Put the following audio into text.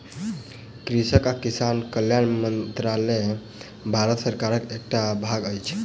कृषि आ किसान कल्याण मंत्रालय भारत सरकारक एकटा भाग अछि